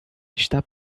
está